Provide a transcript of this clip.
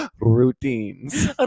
Routines